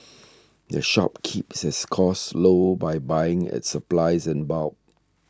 the shop keeps its costs low by buying its supplies in bulk